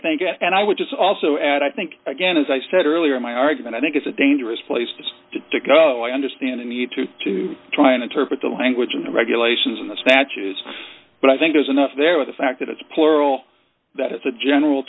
you and i would just also add i think again as i said earlier in my argument i think it's a dangerous place to to go i understand the need to to try and interpret the language in the regulations in the statues but i think there's enough there with the fact that it's plural that it's a general